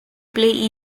play